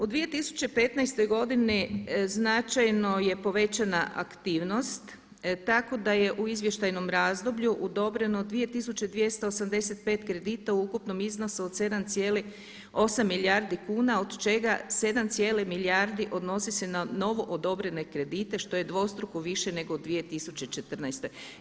U 2015. godini značajno je povećana aktivnosti, tako da je u izvještajnom razdoblju odobreno 2.285 kredita u ukupnom iznosu od 7,8 milijardi kuna od čega 7 cijelih milijardi odnosi se na novoodobrene kredite što je dvostruko više nego u 2014.